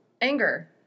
Anger